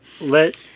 let